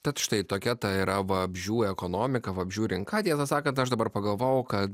tad štai tokia ta yra vabzdžių ekonomika vabzdžių rinka tiesą sakant aš dabar pagalvojau kad